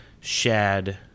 Shad